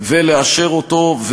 לאשר אותו,